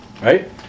right